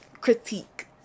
critique